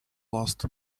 last